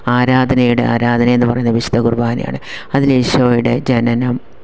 ആരാധനയുടെ ആരാധന എന്ന് പറയുന്നത് വിശുദ്ധ കുർബാനയാണ് അതിന് ഈശോയുടെ ജനനം